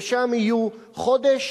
ושם יהיו חודש,